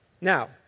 now